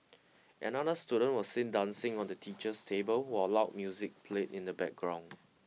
another student was seen dancing on the teacher's table while loud music played in the background